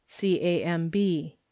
CAMB